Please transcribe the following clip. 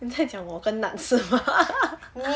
你在讲我跟 nat 是吗